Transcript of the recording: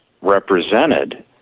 represented